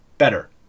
better